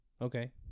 Okay